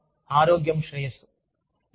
కార్యాలయ ఆరోగ్యం శ్రేయస్సు